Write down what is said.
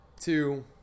Two